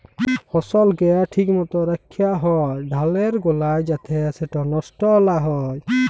ফসলকে ঠিক মত রাখ্যা হ্যয় ধালের গলায় যাতে সেট লষ্ট লা হ্যয়